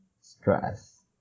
stress